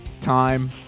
time